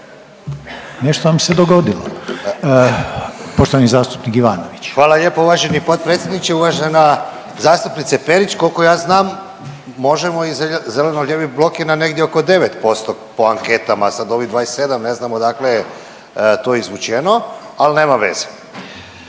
Nešto vam se dogodilo. Poštovani zastupnik Ivanović. **Ivanović, Goran (HDZ)** Hvala lijepo uvaženi potpredsjedniče. Uvažena zastupnice Perić koliko ja znam Možemo i zeleno-lijevi blok je negdje oko 9% po anketama, sad ovih 27 ne znam odakle je to izvučeno, al nema veze.